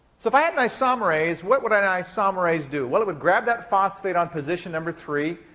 so if i had an isomerase, what would an isomerase do? well, it would grab that phosphate on position number three,